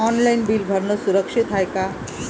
Online bill भरनं सुरक्षित हाय का?